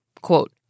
Quote